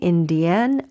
Indian